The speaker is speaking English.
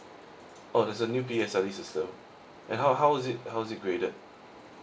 oh there's a new P_S_L_E system and how how is it how is it graded